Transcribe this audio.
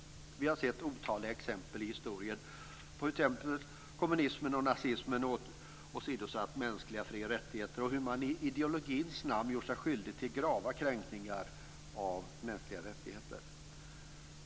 Vi har sett otaliga exempel i historien på hur t.ex. kommunismen och nazismen åsidosatt mänskliga fri och rättigheter och hur man i ideologins namn gjort sig skyldig till grava kränkningar av mänskliga rättigheter.